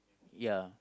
ya